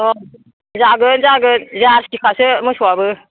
जागोन जागोन जारसि खासो मोसौआबो